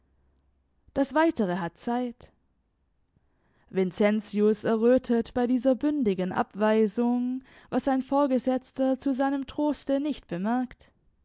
das weitere hat zeit vincentius errötet bei dieser bündigen abweisung was sein vorgesetzter zu seinem troste nicht bemerkt